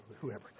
Whoever